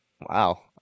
Wow